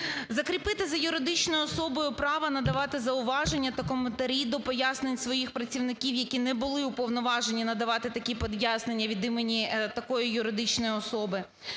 закріпити за юридичною особою право надавати зауваження та коментарі до пояснень своїх працівників, які не були уповноважені надавати такі пояснення від імені такої юридичної особи;